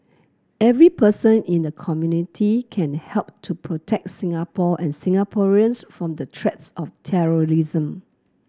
every person in the community can help to protect Singapore and Singaporeans from the threat of terrorism